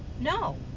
No